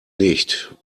nicht